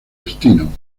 destino